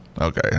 Okay